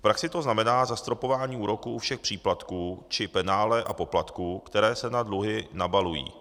V praxi to znamená zastropování úroků u všech příplatků či penále a poplatků, které se na dluhy nabalují.